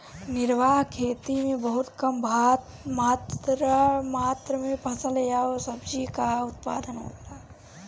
निर्वाह खेती में बहुत कम मात्र में फसल या सब्जी कअ उत्पादन होला